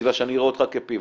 בגלל שאני רואה אותך כפיבוט,